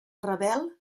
rebel